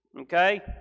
Okay